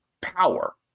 power